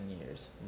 years